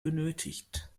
benötigt